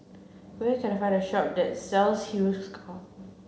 where can I find a shop that sells Hiruscar